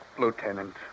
lieutenant